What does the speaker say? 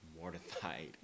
mortified